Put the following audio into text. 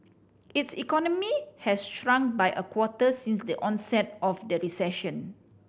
its economy has shrunk by a quarter since the onset of the recession